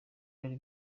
dore